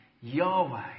Yahweh